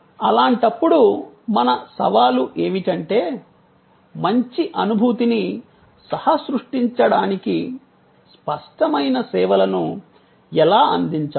అలాంటప్పుడు మన సవాలు ఏమిటంటే మంచి అనుభూతిని సహ సృష్టించడానికి స్పష్టమైన సేవలను ఎలా అందించాలి